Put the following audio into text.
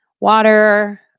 water